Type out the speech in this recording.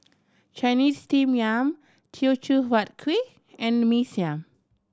Chinese Steamed Yam Teochew Huat Kuih and Mee Siam